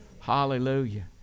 Hallelujah